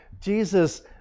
Jesus